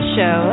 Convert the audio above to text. Show